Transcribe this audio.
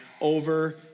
over